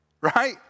right